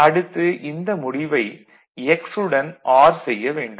அடுத்து இந்த முடிவை x உடன் ஆர் செய்ய வேண்டும்